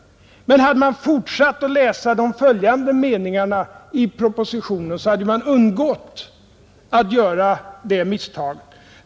Men hade skribenterna fortsatt att läsa de följande meningarna i propositionen, så hade de undgått att göra det misstaget.